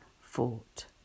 fought